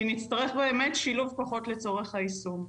כי נצטרך באמת שילוב כוחות לצורך היישום.